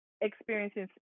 experiencing